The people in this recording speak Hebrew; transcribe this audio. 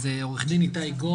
אז עורך דין איתי גוהר,